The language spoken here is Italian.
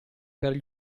per